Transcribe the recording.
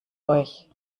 euch